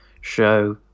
show